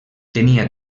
tenia